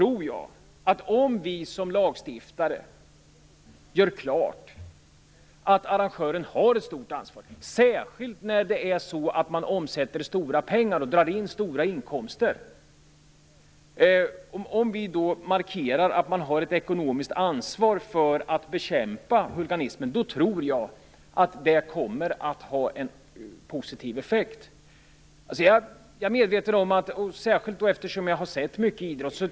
Om vi som lagstiftare gör klart att arrangören har ett stort ekonomiskt ansvar, särskilt när man omsätter stora pengar, för att bekämpa huliganismen, då skulle det ha en positiv effekt. Jag har sett mycket idrott.